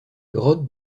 grottes